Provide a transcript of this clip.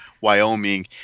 Wyoming